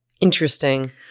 Interesting